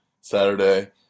Saturday